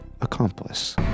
accomplice